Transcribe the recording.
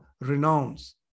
renounce